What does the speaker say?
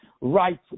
Right